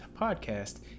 podcast